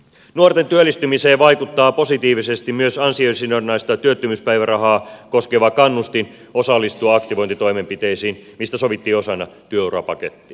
nuorten työllistymiseen vaikuttaa positiivisesti myös ansiosidonnaista työttömyyspäivärahaa koskeva kannustin osallistua aktivointitoimenpiteisiin mistä sovittiin osana työurapakettia